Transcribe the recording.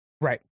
Right